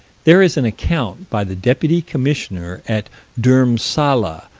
there is an account, by the deputy commissioner at dhurmsalla,